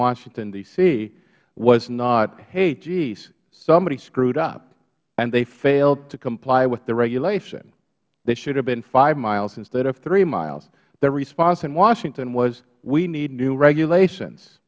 washington d c was not hey geez somebody screwed up and they failed to comply with the regulation it should have been hmiles instead of hmiles the response in washington was we need new regulations